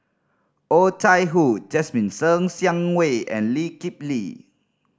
Oh Chai Hoo Jasmine Ser Xiang Wei and Lee Kip Lee